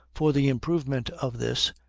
for the improvement of this,